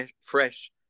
fresh